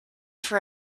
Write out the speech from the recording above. for